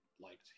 liked